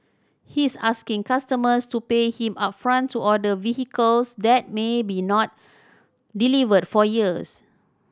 he's asking customers to pay him upfront to order vehicles that may be not delivered for years